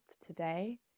today